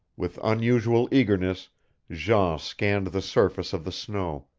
with unusual eagerness jean scanned the surface of the snow,